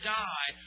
die